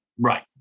Right